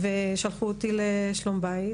שלחו אותי לשלום בית,